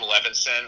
Levinson